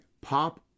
pop